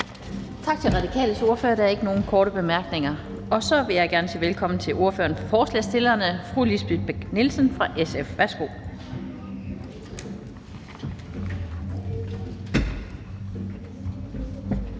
Tak til Radikales ordfører. Der er ikke nogen korte bemærkninger. Så vil jeg gerne sige velkommen til ordføreren for forslagsstillerne, fru Lisbeth Bech-Nielsen fra SF. Værsgo.